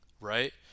right